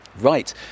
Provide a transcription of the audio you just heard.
right